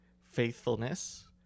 faithfulness